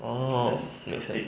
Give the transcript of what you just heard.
orh make sense ah